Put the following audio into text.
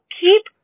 keep